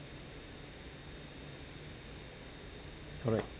correct